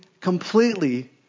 completely